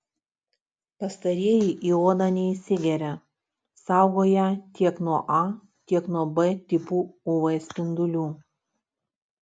pastarieji į odą neįsigeria saugo ją tiek nuo a tiek nuo b tipų uv spindulių